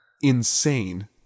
insane